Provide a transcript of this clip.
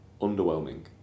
underwhelming